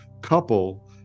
couple